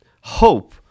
hope